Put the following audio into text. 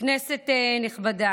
כנסת נכבדה,